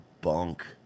bunk